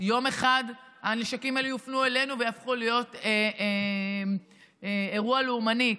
יום אחד הנשקים האלה יופנו אלינו ויהפכו להיות אירוע לאומני.